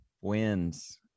wins